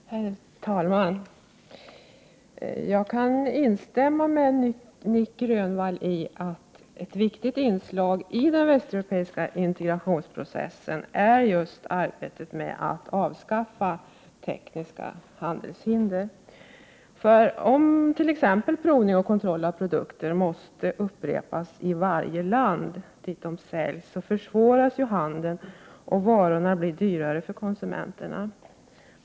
Herr talman! Jag kan instämma med Nic Grönvall när han säger att ett viktigt inslag i den västeuropeiska integrationsprocessen är arbetet med att avskaffa tekniska handelshinder. Om t.ex. provning och kontroll av produkter måste upprepas i varje land dit de säljs försvåras nämligen handeln och varorna blir dyrare för konsumenterna.